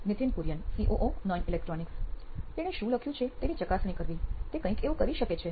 Nithin Kurian COO નોઇન electronics તેણે શું લખ્યું છે તેની ચકાસણી કરવી તે કંઈક એવું કરી શકે છે